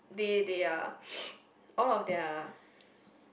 they they are all of their